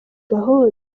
gahunda